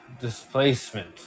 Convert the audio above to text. Displacement